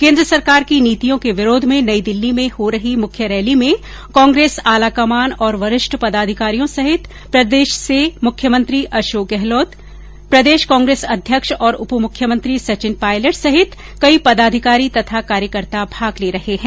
केन्द्र सरकार की नीतियों के विरोध में नई दिल्ली में हो रही मुख्य रैली में कांग्रेस आलाकमान और वरिष्ठ पदाधिकारियों सहित प्रदेश से मुख्यमंत्री अशोक गहलोत प्रदेश कांग्रेस अध्यक्ष और उपमुख्यमंत्री सचिन पायलट सहित कई पदाधिकारी तथा कार्यकर्ता भाग भाग ले रहे हैं